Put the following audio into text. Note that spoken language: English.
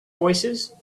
voicesand